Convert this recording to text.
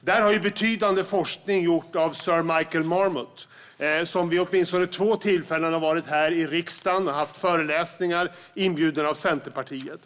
Där har betydande forskning gjorts av Sir Michael Marmot. Han har vid åtminstone två tillfällen varit här i riksdagen och haft föreläsningar, inbjuden av Centerpartiet.